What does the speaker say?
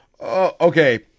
Okay